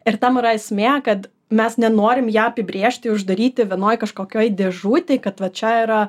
ir tam yra esmė kad mes nenorim ją apibrėžti uždaryti vienoj kažkokioj dėžutėj kad va čia yra